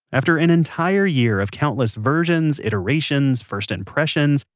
after an entire year of countless versions, iterations, first impressions.